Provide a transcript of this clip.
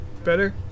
Better